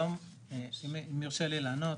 אם יורשה לי לענות,